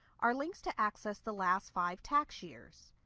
are links to access the last five tax years.